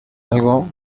algo